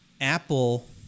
Apple